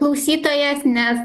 klausytojas nes